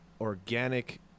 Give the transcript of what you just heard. organic